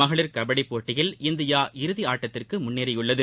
மகளிர் கபடி போட்டியில் இந்தியா இறுதியாட்டத்திற்கு முன்னேறியுள்ளது